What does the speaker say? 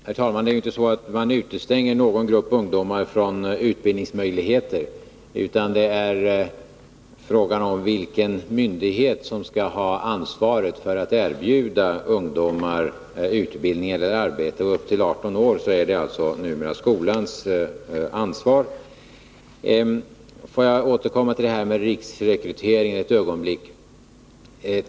Herr talman! Vi utgstänger inte någon grupp ungdomar från utbildningsmöjligheter, utan det är fråga om vilken myndighet som skall ha ansvaret för att erbjuda ungdömar utbildning eller arbete. För ungdomar upp till 18 år är det numera skolan som har ansvaret. Jag vill sedan återkomma till riksrekryteringen ett ögonblick.